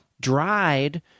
dried